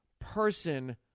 person